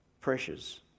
pressures